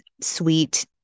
sweet